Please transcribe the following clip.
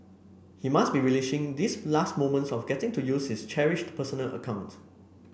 he must be relishing these last moments of getting to use his cherished personal account